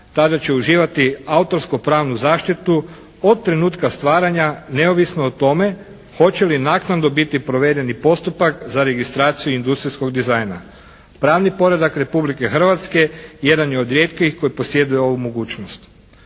tada će uživati autorsko-pravnu zaštitu od trenutka stvaranja neovisno o tome hoće li naknadno biti provedeni postupak za registraciju industrijskog dizajna. Pravni poredak Republike Hrvatske jedan je od rijetkih koji posjeduju ovu mogućnost.